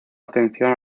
atención